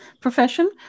profession